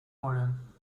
worden